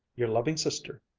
your loving sister,